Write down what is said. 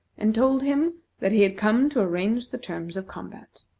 and told him that he had come to arrange the terms of combat.